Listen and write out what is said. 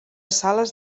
sales